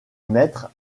maître